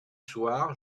soir